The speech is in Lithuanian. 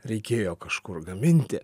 reikėjo kažkur gaminti